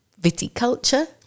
viticulture